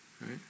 Right